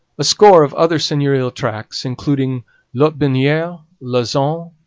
a score of other seigneurial tracts, including lotbiniere, lauzon,